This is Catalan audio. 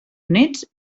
units